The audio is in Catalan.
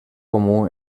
comú